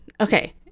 Okay